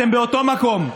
אתם באותו מקום.